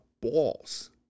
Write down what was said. balls